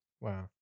Wow